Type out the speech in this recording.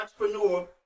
entrepreneur